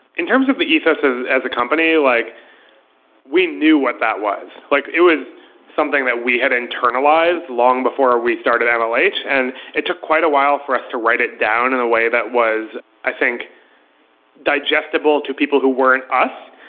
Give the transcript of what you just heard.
in terms of the ethos as a company, like we knew what that was. like it was something that we had internalized long before we started mlh. and it took quite a while for us to write it down in a way that was, i think digestible to people who weren't us.